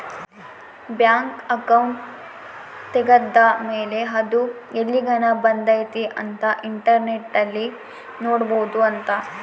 bank account ತೆಗೆದ್ದ ಮೇಲೆ ಅದು ಎಲ್ಲಿಗನ ಬಂದೈತಿ ಅಂತ ಇಂಟರ್ನೆಟ್ ಅಲ್ಲಿ ನೋಡ್ಬೊದು ಅಂತ